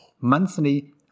monthly